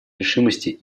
решимости